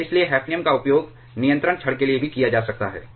और इसलिए हैफ़नियम का उपयोग नियंत्रण क्षण के लिए भी किया जा सकता है